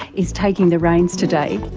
is taking the reins today,